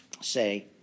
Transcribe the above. say